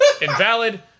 invalid